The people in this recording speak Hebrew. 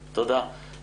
אדוני, שלום.